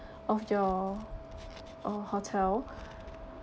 of your uh hotel